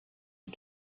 you